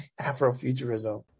Afrofuturism